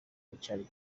aricyo